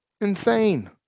Insane